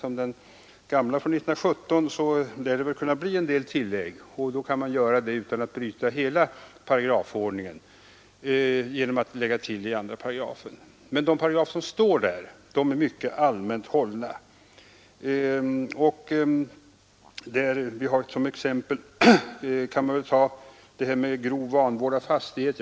Vårt samhälle är ju inte statiskt, och skall den här lagen räcka lika länge som den gamla från 1917 lär det bli en del tillägg. Men de paragrafer som redan står där är mycket allmänt hållna. Som exempel kan man ta grov vanvård av fastigheten.